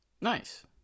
Nice